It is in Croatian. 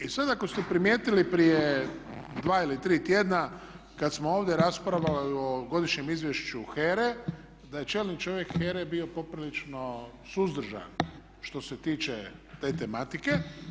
I sad ako ste primijetili prije dva ili tri tjedna kad smo ovdje raspravljali o Godišnjem izvješću HERA-e, da je čelni čovjek HERA-e bio poprilično suzdržan što se tiče te tematike.